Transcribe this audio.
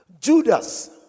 Judas